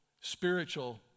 spiritual